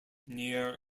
near